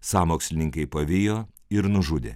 sąmokslininkai pavijo ir nužudė